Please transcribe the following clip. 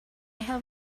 have